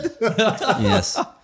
Yes